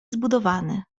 zbudowany